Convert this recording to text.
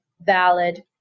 valid